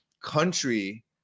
country